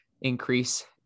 Increase